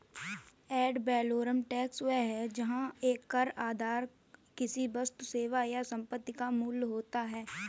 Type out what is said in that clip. add valorem tax वह है जहां कर आधार किसी वस्तु, सेवा या संपत्ति का मूल्य होता है